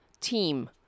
team